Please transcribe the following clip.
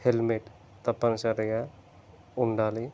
helmet తప్పనిసరిగా ఉండాలి